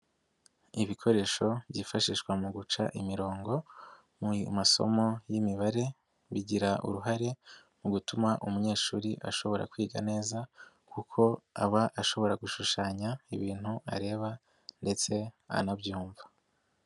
Ibikoresho byifashishwa mu guca imirongo mu masomo y'imibare, bigira uruhare mu gutuma umunyeshuri ashobora kwiga neza kuko aba ashobora gushushanya ibintu areba ndetse anabyumva.